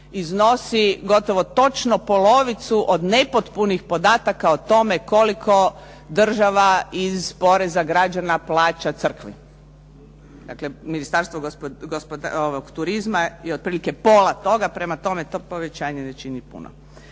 turizma gotovo točno polovicu od nepotpunih podataka o tome koliko država iz poreza građana plaća crkvi. Dakle, Ministarstvo turizma je otprilike pola toga, prema tome to povećanje ne čini puno.